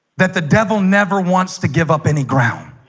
that the devil never wants to give up any ground